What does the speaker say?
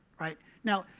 right? now,